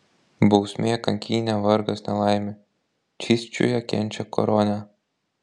bausmė kankynė vargas nelaimė čysčiuje kenčia koronę